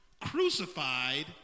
crucified